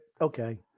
Okay